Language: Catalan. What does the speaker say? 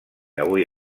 avui